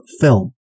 film